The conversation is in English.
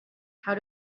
how